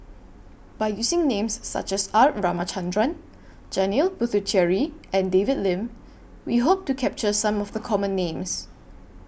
By using Names such as R Ramachandran Janil Puthucheary and David Lim We Hope to capture Some of The Common Names